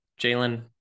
Jalen